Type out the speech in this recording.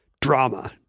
drama